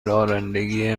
رانندگی